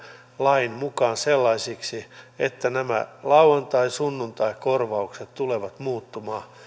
lain mukaan sellaisiksi että nämä lauantai sunnuntaikorvaukset tulevat muuttumaan